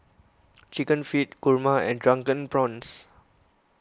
Chicken Feet Kurma and Drunken Prawns